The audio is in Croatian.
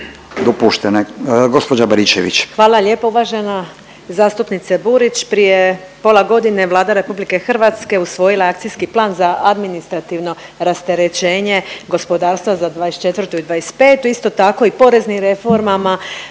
Hvala lijepo uvaženi zastupnice Burić. Prije pola godine Vlada RH usvojila je Akcijski plan za administrativno rasterećenje gospodarstva za '24. i '25., isto tako i poreznim reformama